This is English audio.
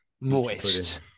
Moist